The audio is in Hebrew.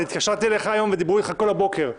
התקשרתי אליך היום ודיברו איתך כל הבוקר,